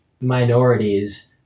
minorities